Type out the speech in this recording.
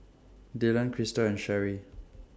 Dylan Krystle and Cherri